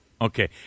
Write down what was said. Okay